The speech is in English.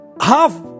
half